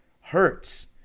hurts